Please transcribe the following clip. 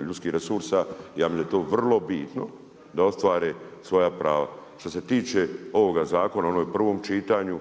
ljudskih resursa, ja mislim da je to vrlo bitno da ostvare svoja prava. Što se tiče ovoga zakona, ono je u prvom čitanju,